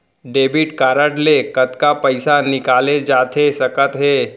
Debit card ले कतका पइसा निकाले जाथे सकत हे?